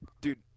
dude